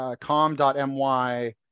.com.my